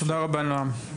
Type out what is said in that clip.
תודה רבה נועם.